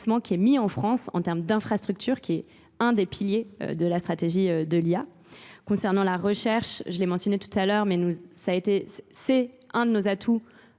qui est mis en France en termes d'infrastructure qui est un des piliers de la stratégie de l'IA. Concernant la recherche, je l'ai mentionné tout à l'heure mais c'est un de nos atouts